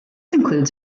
includes